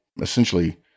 essentially